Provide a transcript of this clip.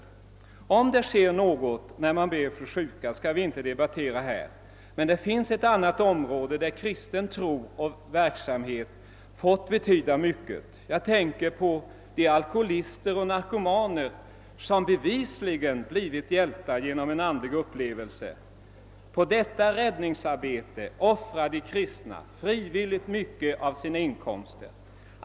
Huruvida det sker något när man ber för sjuka skall vi inte debattera här. Det finns emellertid ett annat område där kristen tro och verksamhet betytt mycket. Jag tänker på de alkoholister och narkomaner som bevisligen blivit hjälpta genom en andlig upplevelse. På detta räddningsarbete offrar de kristna frivilligt mycket av sina inkomster.